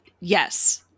yes